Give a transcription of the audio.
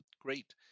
Great